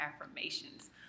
affirmations